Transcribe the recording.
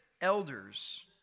elders